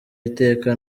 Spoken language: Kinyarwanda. iteka